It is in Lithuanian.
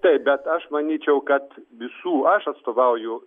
taip bet aš manyčiau kad visų aš atstovauju